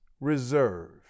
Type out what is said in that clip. reserve